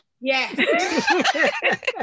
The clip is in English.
Yes